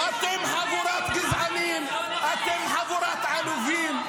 אתם חבורת גזענים, אתם חבורת עלובים.